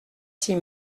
six